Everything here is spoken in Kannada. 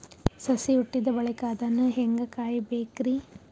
ಸಸಿ ಹುಟ್ಟಿದ ಬಳಿಕ ಅದನ್ನು ಹೇಂಗ ಕಾಯಬೇಕಿರಿ?